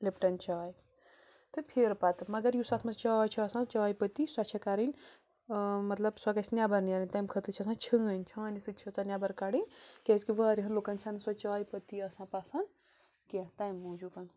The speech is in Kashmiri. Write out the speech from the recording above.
لِپٹَن چاے تہٕ پھِر پتہٕ مگر یُس اَتھ منٛز چاے چھِ آسان چایہِ پٔتی سۄ چھِ کَرٕنۍ مطلب سۄ گٔژھِ نٮ۪بَر نیرٕنۍ تَمہِ خٲطرٕ چھِ آسان چھٲنۍ چھانہِ سۭتۍ چھےٚ سۄ نٮ۪بَر کَڑٕنۍ کیٛازِ کہِ واریاہَن لُکَن چھِنہٕ سۄ چاییہِ پٔتی آسان پسنٛد کیٚنہہ تَمہِ موٗجوٗب